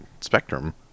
Spectrum